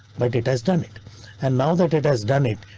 like it it has done it and now that it has done it.